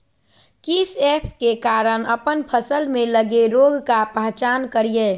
किस ऐप्स के द्वारा अप्पन फसल में लगे रोग का पहचान करिय?